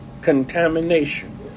Contamination